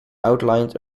outlined